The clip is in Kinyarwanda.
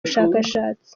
bushakashatsi